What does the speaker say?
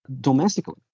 Domestically